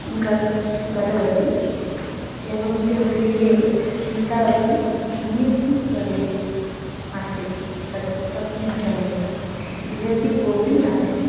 गतवती एवञ्च गृहे पिता अपि अन्यस्मिन् प्रदेशे आसीत् तत् तस्मिन् समये गृहेपि कोपि नासीत्